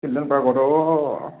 children পাৰ্কত অঁ